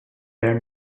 are